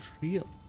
real